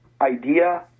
idea